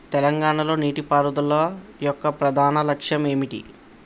తెలంగాణ లో నీటిపారుదల యొక్క ప్రధాన లక్ష్యం ఏమిటి?